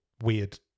weird